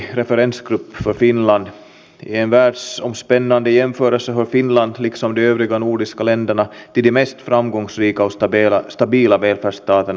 saadaanko nähdä vielä tällä hallituskaudella sitä että eri lakipaketteja lähdetään valmistelemaan komiteapohjalta vai mikä on tälle aikataulu